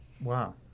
Wow